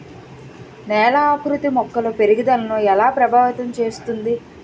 నేల ఆకృతి మొక్కల పెరుగుదలను ఎలా ప్రభావితం చేస్తుంది?